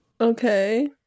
Okay